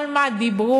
על מה דיברו,